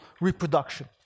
reproduction